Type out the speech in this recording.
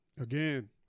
Again